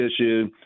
issue